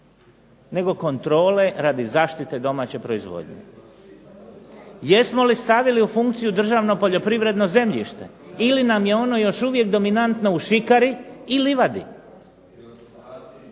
nego kontrole radi zaštite domaće proizvodnje? Jesmo li stavili u funkciju državno poljoprivredno zemljište ili nam je ono još uvijek dominantno u šikari i livadi?